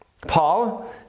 Paul